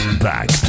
Back